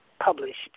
published